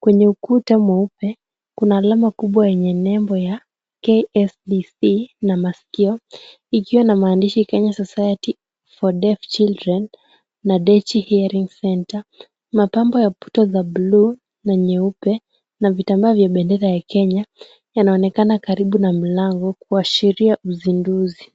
kwenye ukuta mweupe, kuna alama kubwa yenye nembo ya KFBC na maskio, ikiwa na maandishi Kenya Society for Deaf Children na Deci Hearing Center, mapambo ya puto za bluu na nyeupe, na vitambaa vya bendera ya Kenya, yanaonekana karibu na mlango wa sheria uzinduzi.